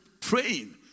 praying